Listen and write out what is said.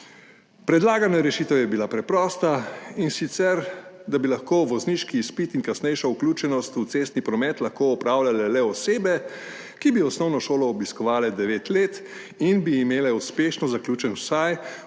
Predlagana rešitev je bila preprosta, in sicer da bi lahko vozniški izpit in kasnejšo vključenost v cestni promet opravljale le osebe, ki bi osnovno šolo obiskovale devet let in bi imele uspešno zaključen vsaj